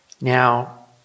Now